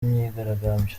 myigaragambyo